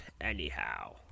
anyhow